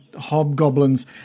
hobgoblins